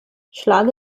schlag